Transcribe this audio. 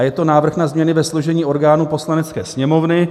Je to návrh na změny ve složení orgánů Poslanecké sněmovny.